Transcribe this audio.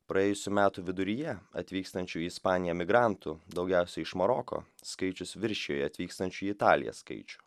praėjusių metų viduryje atvykstančių į ispaniją migrantų daugiausia iš maroko skaičius viršija atvykstančiųjų į italiją skaičių